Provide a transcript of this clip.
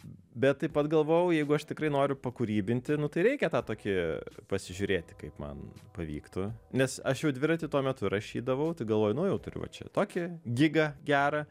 bet taip pat galvojau jeigu aš tikrai noriu pakūrybinti nu tai reikia tą tokį pasižiūrėti kaip man pavyktų nes aš jau dviratį tuo metu rašydavau tai galvoju nu jau turiu va čia tokį gigą gerą